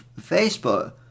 Facebook